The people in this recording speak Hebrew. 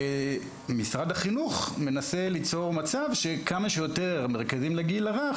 משרד החינוך מנסה ליצור מצב בו כמה שיותר מרכזים לגיל הרך,